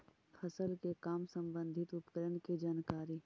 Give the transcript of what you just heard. फसल के काम संबंधित उपकरण के जानकारी?